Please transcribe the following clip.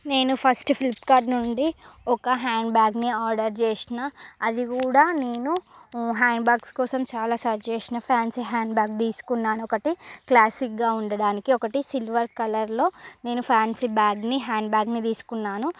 నేను first Flipkart నుండి ఒక హ్యాండ్బ్యాగ్ని ఆర్డర్ చేసినా అది కూడ నేను హ్యాండ్ బ్యాగ్స్ కోసం చాలా సెర్చ్ చేసినా ఫ్యాన్సీ హ్యాండ్బాగ్ తీసుకున్నాను ఒకటి క్లాసిక్గా ఉండడానికి ఒకటి సిల్వర్ కలర్లో నేను ఫ్యాన్సీ బ్యాగ్ని హ్యాండ్బ్యాగ్ని తీసుకున్నాను